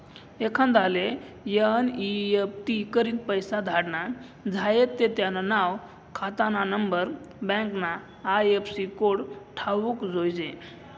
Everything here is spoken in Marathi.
एखांदाले एन.ई.एफ.टी करीन पैसा धाडना झायेत ते त्यानं नाव, खातानानंबर, बँकना आय.एफ.सी कोड ठावूक जोयजे